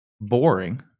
boring